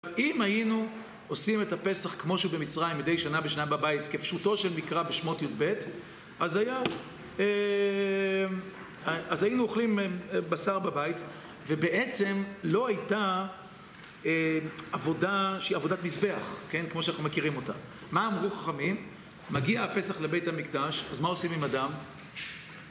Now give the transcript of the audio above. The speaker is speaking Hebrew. אם היינו עושים את הפסח כמו שהוא במצרים, מדי שנה בשנה בבית, כפשוטו של מקרא, בשמות יב, אז היינו אוכלים בשר בבית, ובעצם לא הייתה עבודה שהיא עבודת מזבח, כמו שאנחנו מכירים אותה. מה אמרו חכמים? מגיע הפסח לבית המקדש, אז מה עושים עם הדם?